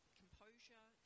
composure